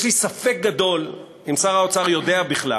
יש לי ספק גדול אם שר האוצר יודע בכלל